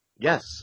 Yes